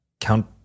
Count